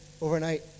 overnight